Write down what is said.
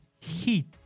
heat